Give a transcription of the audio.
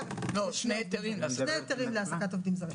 שני היתרים להעסקת עובדים זרים.